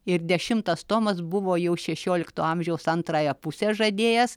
ir dešimtas tomas buvo jau šešiolikto amžiaus antrąją pusę žadėjęs